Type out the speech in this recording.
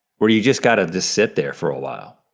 where you just got to sit there for a while.